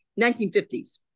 1950s